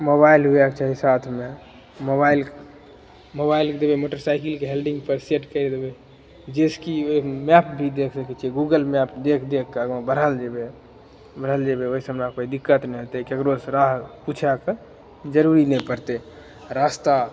mobile हुएके चाही साथमे मोबाइल मोबाइलके देबै मोटरसाइकिलके हेंडिल पर सेट करि देबै जैसे कि मैप भी देखि सकैत छियै गूगल मैप देखि देखिके आँगा बढ़ल जेबै बढ़ल जेबै ओहिसे हमरा कोइ दिक्कत नहि होयतै केकरोसँ राह पुछएके जरुरी नहि पड़तै रास्ता